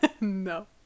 no